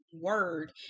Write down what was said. word